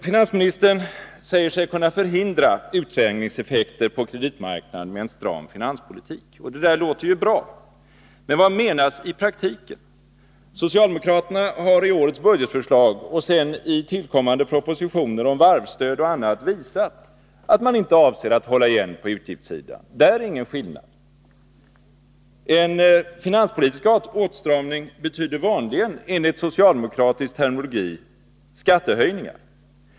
Finansministern säger sig kunna förhindra utträngningseffekter på kreditmarknaden med en stram finanspolitik. Det låter bra. Men vad menas i praktiken? Socialdemokraterna har i årets budgetförslag och i tillkommande propositioner om varvsstöd och annat visat, att man inte avser att hålla igen på utgiftssidan. Där är ingen skillnad. En finanspolitisk åtstramning betyder vanligen, med socialdemokratisk terminologi, skattehöjningar.